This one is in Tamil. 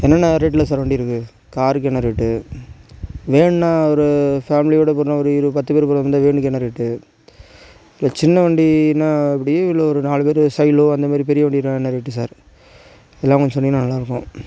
என்னென்ன ரேட்டில் சார் வண்டி இருக்குது காருக்கு என்ன ரேட்டு வேன்னா ஒரு ஃபேமிலியோடய போகிறோன்னா ஒரு இரு பத்து பேர் போகிற மாதிரி இருந்தான் வேனுக்கு என்ன ரேட்டு இப்போ சின்ன வண்டினா எப்படி இல்லை ஒரு நாலு பேர் சைலோ அந்த மாரி பெரிய வண்டியெலாம் என்ன ரேட்டு சார் இதெல்லாம் கொஞ்சம் சொன்னீங்கன்னா நல்லாயிருக்கும்